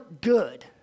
good